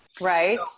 Right